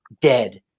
dead